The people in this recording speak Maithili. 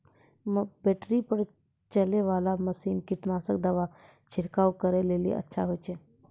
बैटरी पर चलै वाला मसीन कीटनासक दवा छिड़काव करै लेली अच्छा होय छै?